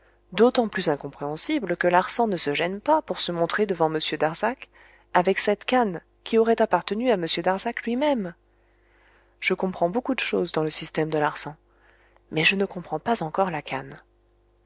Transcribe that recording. d'autant plus incompréhensible que larsan ne se gêne pas pour se montrer devant m darzac avec cette canne qui aurait appartenu à m darzac luimême je comprends beaucoup de choses dans le système de larsan mais je ne comprends pas encore la canne